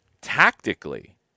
Tactically